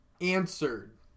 answered